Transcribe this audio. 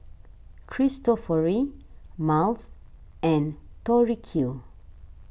Cristofori Miles and Tori Q